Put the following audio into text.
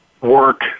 work